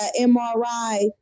mri